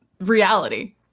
reality